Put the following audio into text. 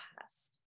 past